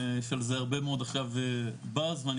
יש על זה הרבה מאוד עכשיו באז ואני